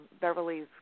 Beverly's